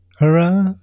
hurrah